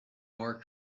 more